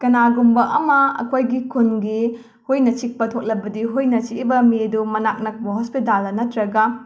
ꯀꯅꯥꯒꯨꯝꯕ ꯑꯃ ꯑꯩꯈꯣꯏꯒꯤ ꯈꯨꯟꯒꯤ ꯍꯨꯏꯅ ꯆꯤꯛꯄ ꯊꯣꯛꯂꯕꯗꯤ ꯍꯨꯏꯅ ꯆꯤꯏꯕ ꯃꯤ ꯑꯗꯨ ꯃꯅꯥꯛ ꯅꯛꯄ ꯍꯣꯁꯄꯤꯇꯥꯜꯗ ꯅꯠꯇ꯭ꯔꯒ